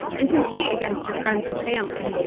and compete against your friends and family.